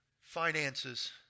Finances